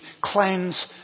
Cleanse